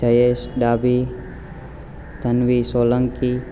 Jayesh Dabhi Tanvi Solanki